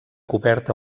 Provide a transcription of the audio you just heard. cobert